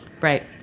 Right